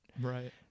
Right